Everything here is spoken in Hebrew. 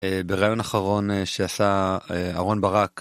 בראיון אחרון שעשה אהרן ברק.